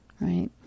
right